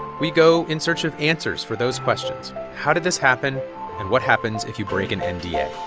we go in search of answers for those questions. how did this happen, and what happens if you break an and yeah